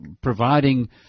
providing